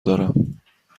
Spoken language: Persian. دارم